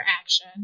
action